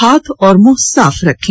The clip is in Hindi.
हाथ और मुंह साफ रखें